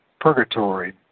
purgatory